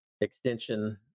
extension